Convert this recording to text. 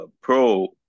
pro